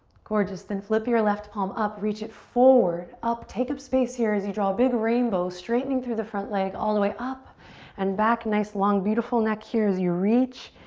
gorgeous, then flip your left palm up, reach it forward, up, take up space here as you draw big rainbow straightening through the front leg all the way up and back, nice long beautiful neck here as your reach.